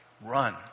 run